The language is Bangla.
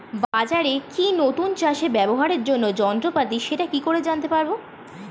বাজারে কি নতুন চাষে ব্যবহারের জন্য যন্ত্রপাতি সেটা কি করে জানতে পারব?